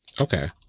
okay